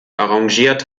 arrangiert